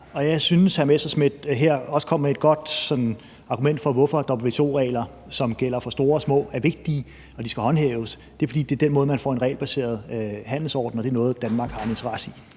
Messerschmidt her kommer med et godt argument for, hvorfor WTO-regler, som gælder for store og små, er vigtige og skal håndhæves, og det er, fordi det er den måde, hvorpå man får en regelbaseret handelsorden. Og det er noget, Danmark har en interesse i.